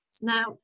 Now